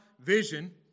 vision